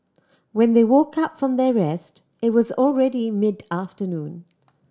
when they woke up from their rest it was already mid afternoon